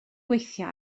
gweithio